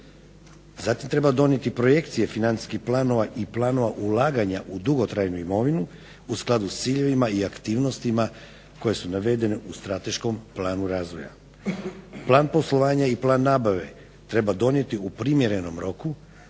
Zatim treba donijeti projekcije financijskih planova i planova ulaganja u dugotrajnu imovinu u skladu s ciljevima i aktivnostima koje su navedene u strateškom planu razvoja. Plan poslovanja i plan nabave treba donijeti u primjerenom roku